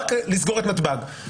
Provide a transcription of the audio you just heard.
רק לסגור נתב"ג,